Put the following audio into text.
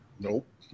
Nope